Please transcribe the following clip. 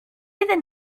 iddyn